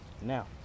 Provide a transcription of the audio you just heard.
now